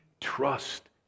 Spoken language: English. trust